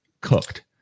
cooked